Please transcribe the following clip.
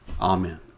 Amen